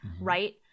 right